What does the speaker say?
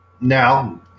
now